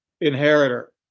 inheritor